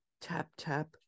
tap-tap